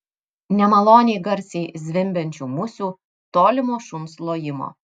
nemaloniai garsiai zvimbiančių musių tolimo šuns lojimo